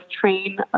train